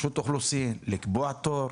רשות האוכלוסין, לקבוע תור,